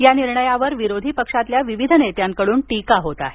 या निर्णयावर विरोधी पक्षातल्या विविध नेत्यांकडून टीका होत आहे